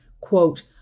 quote